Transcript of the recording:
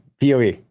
PoE